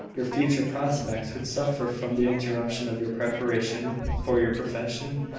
your future prospects would suffer from the interruption of your preparation for your profession.